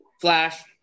Flash